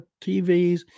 TVs